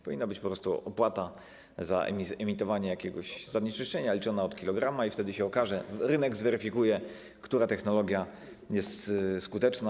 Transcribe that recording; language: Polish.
Powinna być po prostu opłata za emitowanie jakiegoś zanieczyszczenia liczona od kilograma i wtedy się okaże, bo rynek to zweryfikuje, która technologia jest skuteczna.